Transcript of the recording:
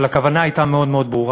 אבל הכוונה הייתה מאוד מאוד ברורה.